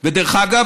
ודרך אגב,